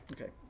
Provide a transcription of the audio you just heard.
Okay